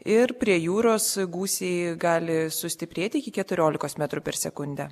ir prie jūros gūsiai gali sustiprėti iki keturiolikos metrų per sekundę